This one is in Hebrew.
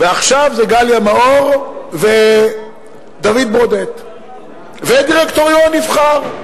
ועכשיו זה גליה מאור ודוד ברודט ודירקטוריון נבחר.